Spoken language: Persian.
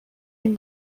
این